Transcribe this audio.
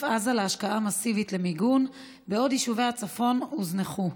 עזה להשקעה מסיבית במיגון בעוד יישובי הצפון הוזנחו.